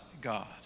God